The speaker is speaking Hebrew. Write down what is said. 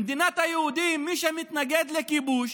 במדינת היהודים, מי שמתנגד לכיבוש,